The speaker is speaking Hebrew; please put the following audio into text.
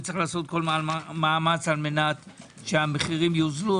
וצריך לעשות כל מאמץ כדי שהמחירים יוזלו.